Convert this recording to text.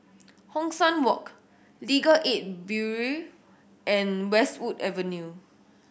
Hong San Walk Legal Aid Bureau and Westwood Avenue